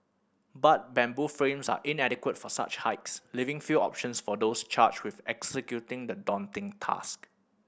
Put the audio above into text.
but bamboo frames are inadequate for such heights leaving few options for those charged with executing the daunting task